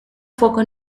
fuoco